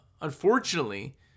Unfortunately